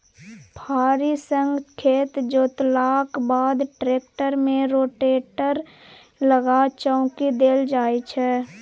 फारी सँ खेत जोतलाक बाद टेक्टर मे रोटेटर लगा चौकी देल जाइ छै